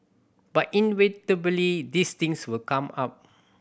but inevitably these things will come up